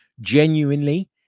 Genuinely